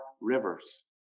rivers